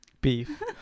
beef